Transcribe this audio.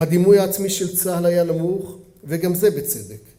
‫הדימוי העצמי של צה"ל היה נמוך, ‫וגם זה בצדק.